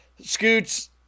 scoots